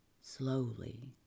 slowly